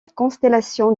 constellation